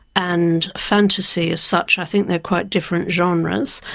and fantasy as such, i think they are quite different genres.